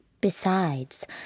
Besides